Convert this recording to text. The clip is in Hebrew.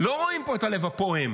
לא רואים פה את הלב הפועם.